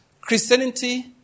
Christianity